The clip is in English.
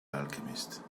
alchemist